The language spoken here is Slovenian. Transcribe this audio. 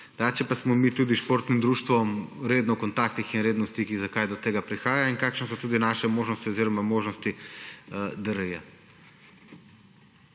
Drugače pa smo mi tudi s športnim društvom redno v kontaktih in redno v stikih, zakaj do tega prihaja in kakšne so tudi naše možnosti oziroma možnosti DRI.